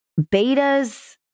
betas